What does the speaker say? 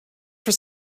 for